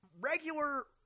regular